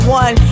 one